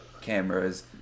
cameras